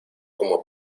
como